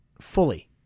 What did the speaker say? fully